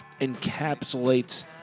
encapsulates